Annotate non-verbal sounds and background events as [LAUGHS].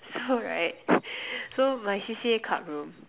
so right [LAUGHS] so my C_C_A club room